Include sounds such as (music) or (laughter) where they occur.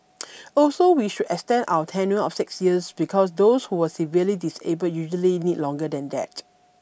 (noise) also we should extend our tenure of six years because those who were severely disabled usually need longer than that